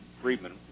Friedman